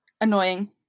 annoying